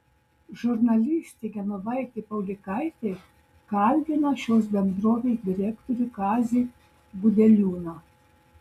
žurnalistė genovaitė paulikaitė kalbina šios bendrovės direktorių kazį gudeliūną